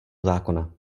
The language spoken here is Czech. zákona